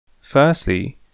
Firstly